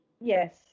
Yes